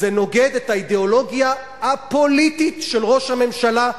זה נוגד את האידיאולוגיה הפוליטית של ראש הממשלה,